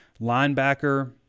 Linebacker